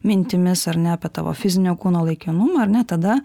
mintimis ar ne apie tavo fizinio kūno laikinumą ar ne tada